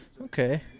Okay